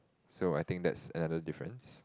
so I think that's another difference